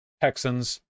Texans